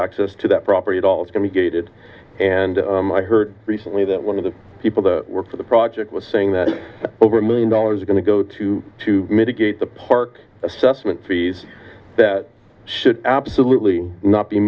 access to that property at all it can be gated and i heard recently that one of the people that work for the project was saying that over a million dollars going to go to to mitigate the park assessment fees that should absolutely not be